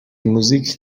موزیک